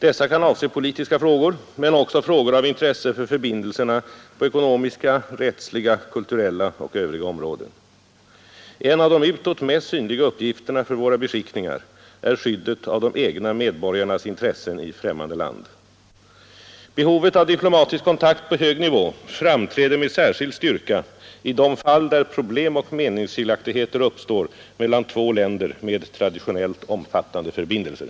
Dessa kan avse politiska frågor men också frågor av intresse för förbindelserna på ekonomiska, rättsliga, kulturella och övriga områden. En av de utåt mest synliga uppgifterna för våra beskickningar är skyddet av de egna medborgarnas intressen i främmande land. Behovet av diplomatisk kontakt på hög nivå framträder med särskild styrka i de fall där problem och meningsskiljaktigheter uppstår mellan två länder med traditionellt omfattande förbindelser.